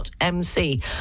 MC